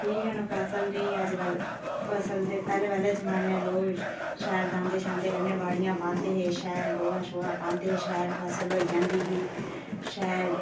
ठीक न फसल नी ऐ अज कल फसल दे पैहले पैहले जमाने लोग शैल दांदे शांदें कन्ने बाड़ियां बाह्ंदे हे शैल गोहा शोहा पांदे शैल फसल होई जंदी ही शैल